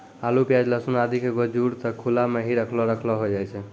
आलू, प्याज, लहसून आदि के गजूर त खुला मॅ हीं रखलो रखलो होय जाय छै